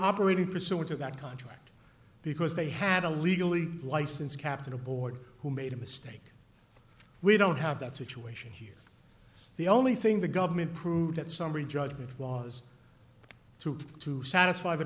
operating pursuant to that contract because they had a legally licensed captain aboard who made a mistake we don't have that situation here the only thing the government proved that summary judgment was to to satisfy the